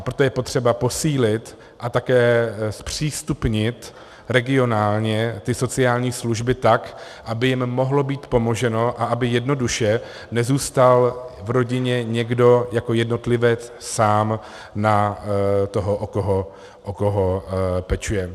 Proto je potřeba posílit a také zpřístupnit regionálně ty sociální služby tak, aby jim mohlo být pomoženo a aby jednoduše nezůstal v rodině někdo jako jednotlivec sám na toho, o koho pečuje.